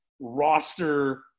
roster